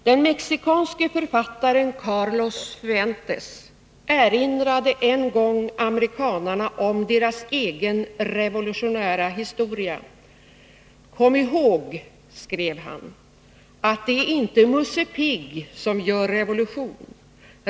Den mexikanske författaren Carlos Fuentes erinrade en gång amerikanerna om deras egen revolutionära historia: ”Kom ihåg” — skrev han — ”att det inte är Musse Pigg som gör revolution.